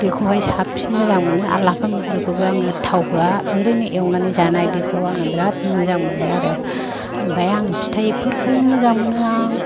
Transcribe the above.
बेखौहाय साबसिन मोजां मोनो आरो लाफा मैद्रुखौबो आङो थाव होआ ओरैनो एवनानै जानाय बेखौ आङो बिराद मोजां मोनो आरो ओमफ्राय आं फिथाइफोरखौ मोजां मोनो आं